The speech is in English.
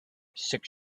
six